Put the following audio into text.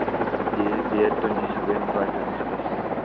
ꯑꯗꯨꯗꯨꯗꯤ date twenty seven ꯑꯗꯨꯋꯥꯏꯗ ꯑꯗꯨꯨꯝ ꯆꯠꯂꯁꯦ